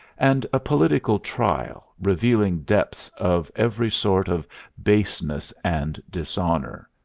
and a political trial, revealing depths of every sort of baseness and dishonor,